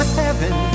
heaven